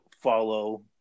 follow